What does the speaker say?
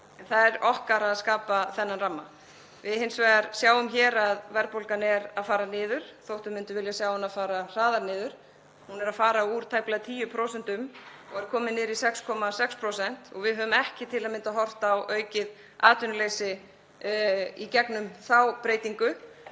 það er okkar að skapa þennan ramma. Við sjáum hins vegar að verðbólgan er að fara niður þótt við myndum vilja sjá hana fara hraðar niður. Hún er að fara úr tæplega 10% og er komin niður í 6,6%. Við höfum til að mynda ekki horft á aukið atvinnuleysi í gegnum þá breytingu